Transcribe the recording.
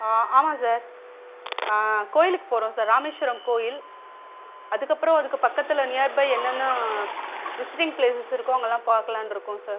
ஆமாம் சார் கோவிலுக்கு போகிறோம் சார் ராமேஸ்வரம் கோவில் அதுக்கப்புறம் அதுக்கு பக்கத்தில் நியர்பை என்னென்ன விசிட்டிங் ப்ளேஸஸ் இருக்கோ அங்கேலாம் பார்க்கலான்னு இருக்கோம் சார்